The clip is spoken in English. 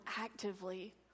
actively